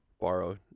borrow